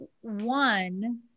one